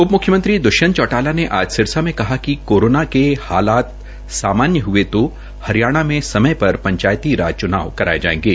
उप मुख्यमंत्री दुष्यंत चौटाला ने आज सिरसा में कहा कि कोरोना के हालात सामान्य हये तो हरियाणा में समय पर पंचायत राज च्नाव करवाये जायेंगे